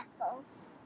Apples